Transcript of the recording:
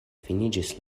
finiĝis